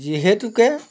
যিহেতুকে